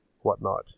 whatnot